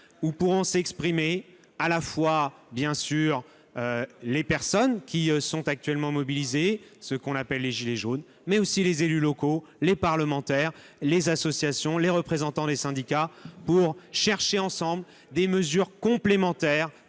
où pourront s'exprimer à la fois bien sûr les personnes qui sont actuellement mobilisées, ceux qu'on appelle les « gilets jaunes », mais aussi les élus locaux, les parlementaires, les associations, les représentants des syndicats, pour chercher ensemble des mesures complémentaires